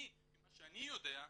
ממה שאני יודע,